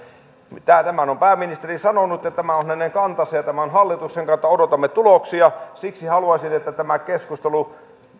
tämän on pääministeri sanonut ja tämä on hänen kantansa ja tämä on hallituksen kanta odotamme tuloksia siksi haluaisin että tämä keskustelu